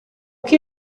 que